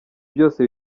byose